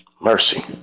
Mercy